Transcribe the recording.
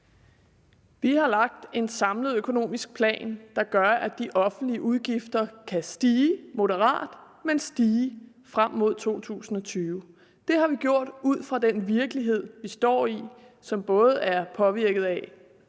Vi har lagt en samlet økonomisk plan, der gør, at de offentlige udgifter kan stige moderat – men stige – frem mod 2020. Det har vi gjort ud fra den virkelighed, vi står i, som ikke bare er påvirket af,